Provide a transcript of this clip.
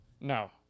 no